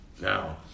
Now